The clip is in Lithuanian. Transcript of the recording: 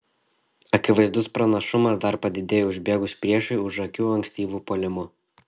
akivaizdus pranašumas dar padidėjo užbėgus priešui už akių ankstyvu puolimu